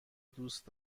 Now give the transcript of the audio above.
دوست